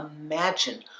imagine